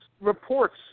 reports